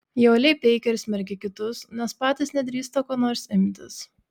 jie uoliai peikia ir smerkia kitus nes patys nedrįsta ko nors imtis